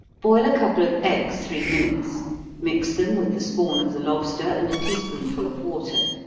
boil a couple of eggs three minutes mix them with the spawn of the lobster, and a tea spoonful of water.